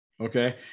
Okay